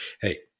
Hey